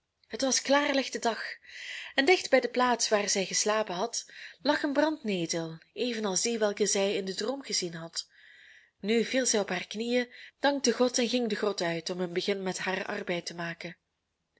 het was klaarlichte dag en dicht bij de plaats waar zij geslapen had lag een brandnetel evenals die welke zij in den droom gezien had nu viel zij op haar knieën dankte god en ging de grot uit om een begin met haren arbeid te maken